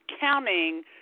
counting